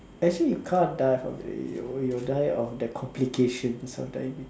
actually you can't die from it you will die of the complications of diabetes